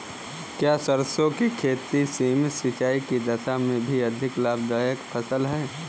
क्या सरसों की खेती सीमित सिंचाई की दशा में भी अधिक लाभदायक फसल है?